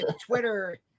Twitter